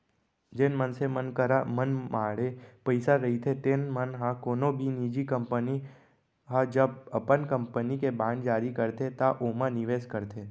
जेन मनसे मन करा मनमाड़े पइसा रहिथे तेन मन ह कोनो भी निजी कंपनी ह जब अपन कंपनी के बांड जारी करथे त ओमा निवेस करथे